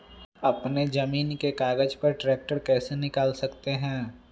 अपने जमीन के कागज पर ट्रैक्टर कैसे निकाल सकते है?